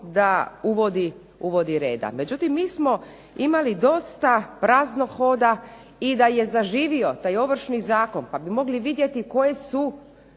da uvodi reda. Međutim mi smo imali dosta praznog hoda i da je zaživio taj Ovršni zakon pa bi mogli vidjeti koje su